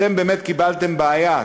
ואתם באמת קיבלתם בעיה.